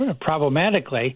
problematically